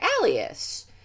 alias